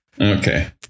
Okay